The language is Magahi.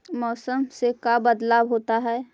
मौसम से का बदलाव होता है?